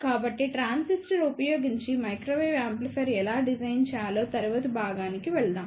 కాబట్టి ట్రాన్సిస్టర్ ఉపయోగించి microwave amplifier ఎలా డిజైన్ చేయాలో తరువాతి భాగానికి వెళ్దాం